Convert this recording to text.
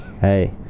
Hey